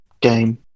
game